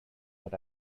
but